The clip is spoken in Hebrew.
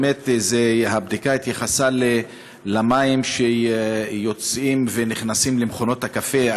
באמת הבדיקה התייחסה למים שיוצאים ונכנסים למכונות הקפה.